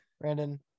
Brandon